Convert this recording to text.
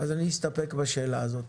אסתפק בשאלה הזאת.